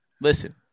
Listen